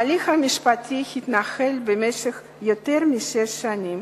ההליך המשפטי התנהל במשך יותר משש שנים.